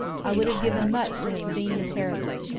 i would have given much to have seen the pair of them.